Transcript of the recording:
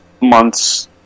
months